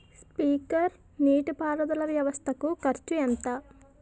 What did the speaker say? Sprinkler నీటిపారుదల వ్వవస్థ కు ఖర్చు ఎంత?